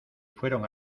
fueron